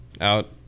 out